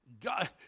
God